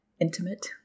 intimate